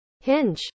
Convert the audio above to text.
hinge